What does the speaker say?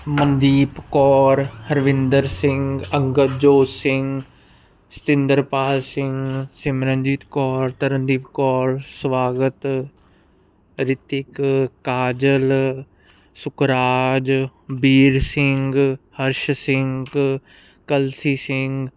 ਮਨਦੀਪ ਕੌਰ ਹਰਵਿੰਦਰ ਸਿੰਘ ਅੰਗਦ ਜੋਤ ਸਿੰਘ ਸਤਿੰਦਰਪਾਲ ਸਿੰਘ ਸਿਮਰਨਜੀਤ ਕੌਰ ਤਰਨਦੀਪ ਕੌਰ ਸਵਾਗਤ ਰਿਤਿਕ ਕਾਜਲ ਸੁਕਰਾਜ ਬੀਰ ਸਿੰਘ ਹਰਸ਼ ਸਿੰਘ ਕਲਸੀ ਸਿੰਘ